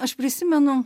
aš prisimenu